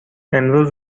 امروز